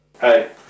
Hey